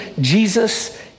Jesus